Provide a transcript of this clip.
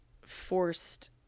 forced